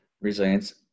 resilience